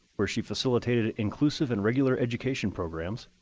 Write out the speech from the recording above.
where she facilitated inclusive and regular education programs,